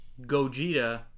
Gogeta